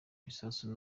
ibisasu